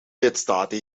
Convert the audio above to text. lidstaten